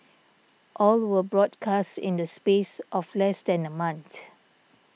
all were broadcast in the space of less than a month